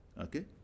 okay